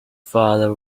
father